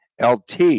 LT